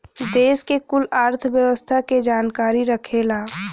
देस के कुल अर्थव्यवस्था के जानकारी रखेला